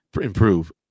improve